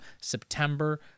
September